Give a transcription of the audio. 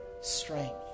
strength